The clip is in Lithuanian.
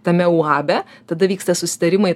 tame uabe tada vyksta susitarimai